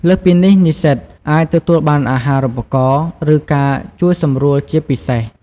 លើសពីនេះ និស្សិតអាចទទួលបានអាហារូបករណ៍ ឬការជួយសម្រួលជាពិសេស។